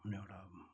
आफ्नो एउटा